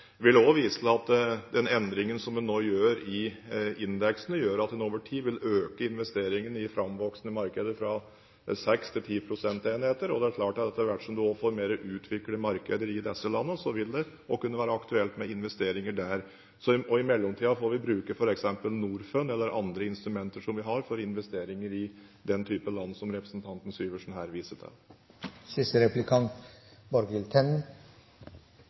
vil òg vise til at den endringen som en nå gjør i indeksene, gjør at en over tid vil øke investeringen i framvoksende markeder fra 6 til 10 prosentenheter, og det er klart at etter hvert som en får mer utviklede markeder i disse landene, vil det være aktuelt med investeringer der. I mellomtiden får vi bruke f.eks. Norfund eller andre instrumenter vi har for investeringer i den type land som representanten Syversen her viser til.